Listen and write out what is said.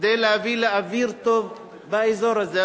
כדי להביא לאוויר טוב באזור הזה,